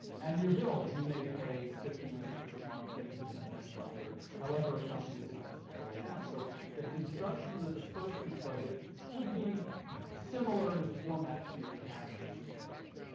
and your bills you may pay fifty percent this month, fifty percent next month, or however a company decides to lay it out. so the construction of the disbursement budget would be similar in format to your cash receipts budget.